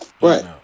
Right